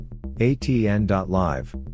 ATN.Live